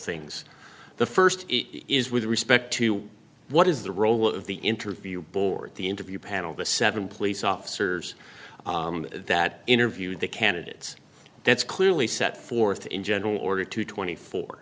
things the first is with respect to what is the role of the interview board the interview panel the seven police officers that interviewed the candidates that's clearly set forth in general order to twenty four